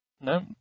No